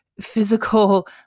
physical